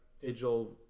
digital